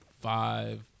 five